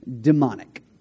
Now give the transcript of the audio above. demonic